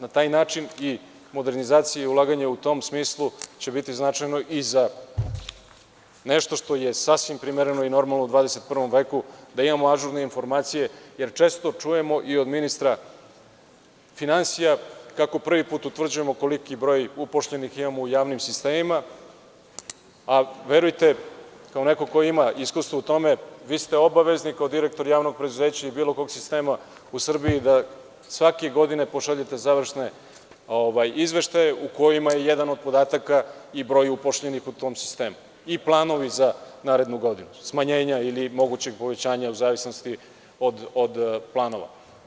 Na taj način i modernizacija i ulaganje u tom smislu će biti značajno i za nešto što je sasvim primereno i normalno u 21. veku, da imamo ažurne informacije, jer često čujemo i od ministra finansija kako prvi put utvrđujemo koliki broj upošljenih imamo u javnim sistemima, a verujte, kao neko ko ima iskustva u tome, vi ste obavezni kao direktor javnog preduzeća i bilo kog sistema u Srbiji da svake godine pošaljete završne izveštaje u kojima je jedan od podataka i broj upošljenih u tom sistemu i planovi za narednu godinu, smanjenja ili mogućeg povećanja, u zavisnosti od planova.